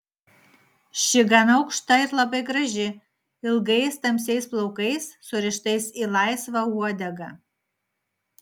ši gan aukšta ir labai graži ilgais tamsiais plaukais surištais į laisvą uodegą